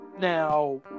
Now